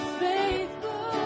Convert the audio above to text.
faithful